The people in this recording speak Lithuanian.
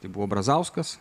tai buvo brazauskas